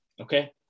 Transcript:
Okay